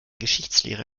geschichtslehrer